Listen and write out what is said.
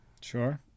Sure